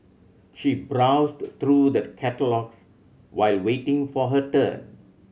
she browsed through the catalogues while waiting for her turn